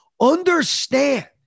Understand